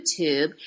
YouTube